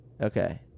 Okay